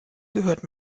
gehört